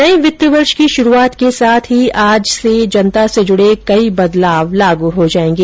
नये वित्तीय वर्ष की शुरूआत के साथ ही आज से जनता से जुडे कई बदलाव लागू हो जाएंगे